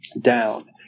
down